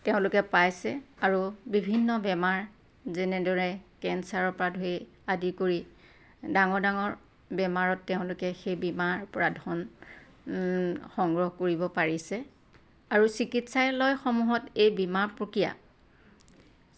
তেওঁলোকে পাইছে আৰু বিভিন্ন বেমাৰ যেনেদৰে কেঞ্চাৰৰ পৰা আদি কৰি ডাঙৰ ডাঙৰ বেমাৰত তেওঁলোকে সেই বীমাৰ পৰা ধন সংগ্ৰহ কৰিব পাৰিছে আৰু চিকিৎসালয় সমূহত এই বীমা প্ৰক্ৰিয়া